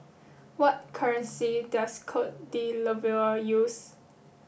what currency does Cote D'Ivoire use